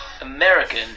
American